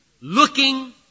looking